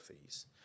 fees